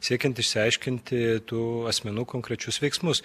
siekiant išsiaiškinti tų asmenų konkrečius veiksmus